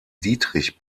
dietrich